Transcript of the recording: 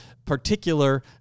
Particular